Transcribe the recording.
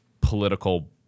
political